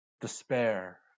despair